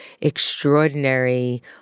extraordinary